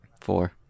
Four